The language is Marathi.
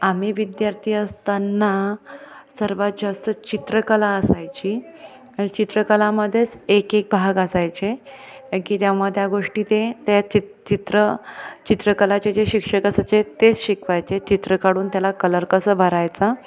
आम्ही विद्यार्थी असताना सर्वात जास्त चित्रकला असायची चित्रकलेमध्येच एक एक भाग असायचे की ज्यामुळे त्या गोष्टी ते त्या चि चित्र चित्रकलेचे जे शिक्षक असायचे तेच शिकवायचे चित्र काढून त्याला कलर कसं भरायचा